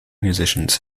musicians